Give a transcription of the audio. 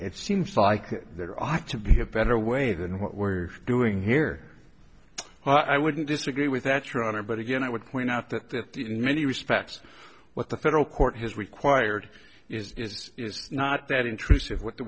it seems like there ought to be a better way than what we're doing here well i wouldn't disagree with that your honor but again i would point out that in many respects what the federal court has required is is not that intrusive what the